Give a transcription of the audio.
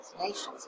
nations